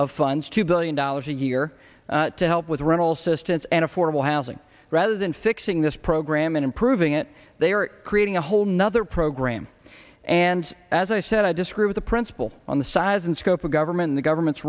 of funds two billion dollars a year to help with run all systems and affordable housing rather than fixing this program and improving it they are creating a whole nother program and as i said i disagree with the principle on the size and scope of government the government's